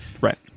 Right